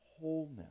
wholeness